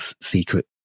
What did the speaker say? secret